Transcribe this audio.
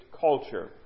culture